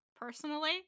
personally